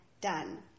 Done